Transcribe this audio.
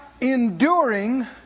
enduring